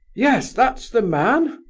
yes, that's the man!